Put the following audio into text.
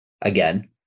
again